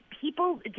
people